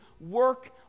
work